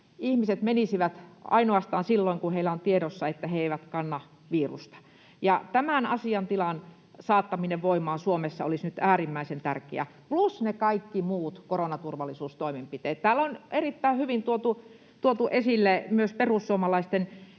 ihmiset menisivät ainoastaan silloin, kun heillä on tiedossa, että he eivät kanna virusta. Ja tämän asiantilan saattaminen voimaan Suomessa olisi nyt äärimmäisen tärkeää, plus ne kaikki muut koronaturvallisuustoimenpiteet. Täällä on erittäin hyvin tuotu esille myös perussuomalaisten,